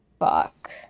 Fuck